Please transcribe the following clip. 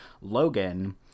Logan